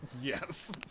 Yes